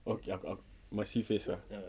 okay must see first ah